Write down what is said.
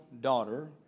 daughter